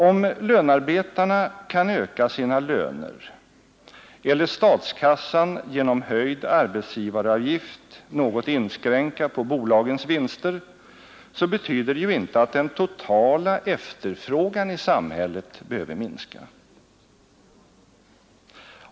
Om lönarbetarna kan öka sina löner eller statskassan genom höjd arbetsgivaravgift kan något inskränka på bolagens vinster, så betyder det ju inte att den totala efterfrågan i samhället behöver minskas.